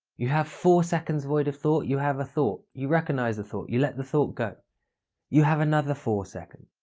you have four seconds void of thought, you have a thought, you recognize the thought, you let the thought go you have another for second.